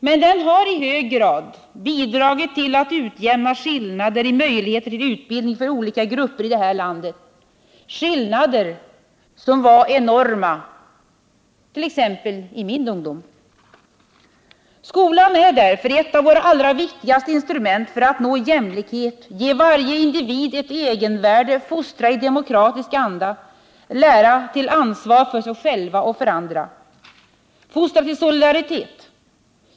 Men den har i hög grad bidragit till att utjämna skillnader i möjligheter till utbildning för olika grupper i det här landet, skillnader som var enormat.ex. i min ungdom. Skolan är därför ett av våra allra viktigaste instrument för att nå jämlikhet, ge varje individ ett egenvärde, forstra i demokratisk anda, lära till ansvar för sig själv och för andra, fostra till solidaritet.